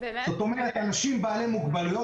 זאת אומרת שלאנשים בעלי מוגבלויות